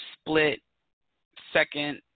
split-second